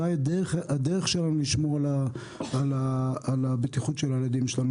זו הדרך שלנו לשמור על הבטיחות של הילדים שלנו.